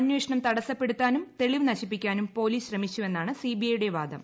അന്വേഷണം തടസ്സപ്പെടുത്താനും തെളിവ് നശിപ്പിക്കാനും പൊലീസ് ശ്രമിച്ചുവെന്നാണ് സിബിഐ യുടെ വാദം